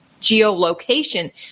geolocation